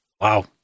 Wow